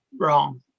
Wrong